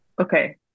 Okay